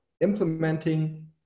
implementing